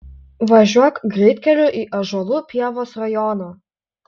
važiuok greitkeliu į ąžuolų pievos rajoną